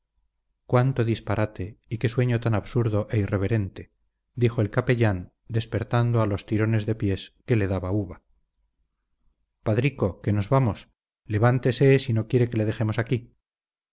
cuánto disparate y qué sueño tan absurdo e irreverente dijo el capellán despertando a los tirones de pies que le daba uva padrico que nos vamos levántese si no quiere que le dejemos aquí